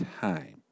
time